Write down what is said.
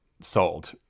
Sold